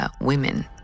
women